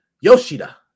Yoshida